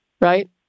right